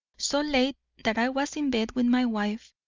so late that i was in bed with my wife,